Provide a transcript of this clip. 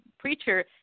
Preacher